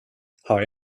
har